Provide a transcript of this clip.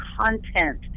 content